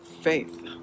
faith